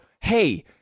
hey